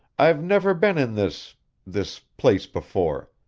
i've never been in this this place before.